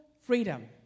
freedom